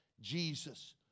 Jesus